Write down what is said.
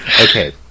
Okay